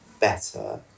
better